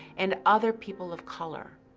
and other people of color.